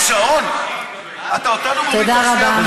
אין שעון, תוך שנייה וחצי.